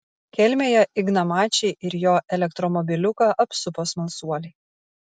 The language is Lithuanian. kelmėje igną mačį ir jo elektromobiliuką apsupo smalsuoliai